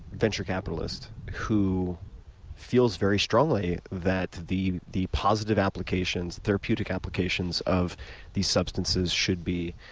venture capitalist who feel very strongly that the the positive applications, therapeutic applications of these substances should be